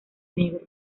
negro